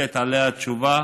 לתת עליה תשובה,